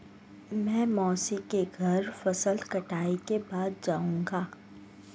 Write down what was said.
मैं मौसी के घर फसल कटाई के बाद जाऊंगा